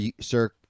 sir